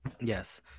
Yes